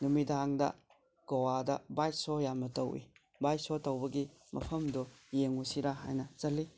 ꯅꯨꯃꯤꯗꯥꯡꯗ ꯒꯣꯋꯥꯗ bike show ꯌꯥꯝꯅ ꯇꯧꯏ ꯕꯥꯏꯛ ꯁꯣ ꯇꯧꯕꯒꯤ ꯃꯐꯝꯗꯨ ꯌꯦꯡꯉꯨꯁꯤꯔ ꯍꯥꯏꯅ ꯆꯠꯂꯤ